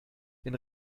den